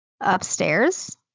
Upstairs